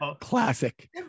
classic